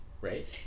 right